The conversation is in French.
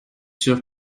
sûr